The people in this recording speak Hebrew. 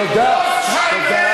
תגיד את האמת.